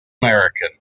american